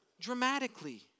dramatically